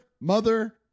mother